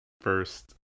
first